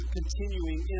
continuing